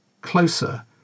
closer